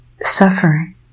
suffering